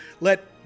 let